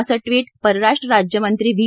असं ट्वीट परराष्ट्र राज्यमंत्री व्ही